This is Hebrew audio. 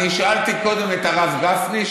אני שאלתי קודם את הרב גפני,